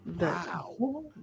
wow